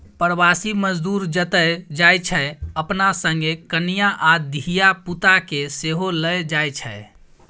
प्रबासी मजदूर जतय जाइ छै अपना संगे कनियाँ आ धिया पुता केँ सेहो लए जाइ छै